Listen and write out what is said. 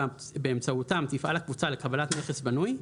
שבאמצעותם תפעל הקבוצה לקבלת נכס בנוי,